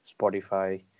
Spotify